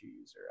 user